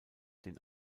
den